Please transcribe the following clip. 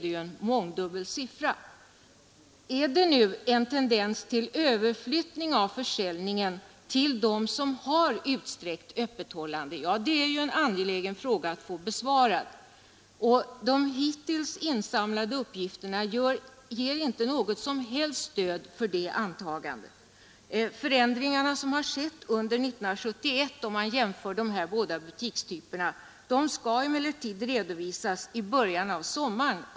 En angelägen fråga att få besvarad är, om det verkligen finns en tendens till överflyttning av försäljningen till de företag som har utsträckt öppethållande. Hittills insamlade uppgifter ger inget som helst stöd för ett sådant antagande. De förändringar som skedde under 1972 beträffande de båda butikstyperna kommer emellertid att redovisas i början av sommaren.